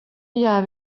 gör